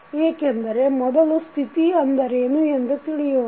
ಏಕೆಂದರೆ ಮೊದಲು ಸ್ಥಿತಿ ಅಂದರೇನು ಎಂದು ತಿಳಿಯೋಣ